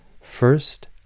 first